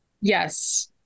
yes